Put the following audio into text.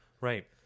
Right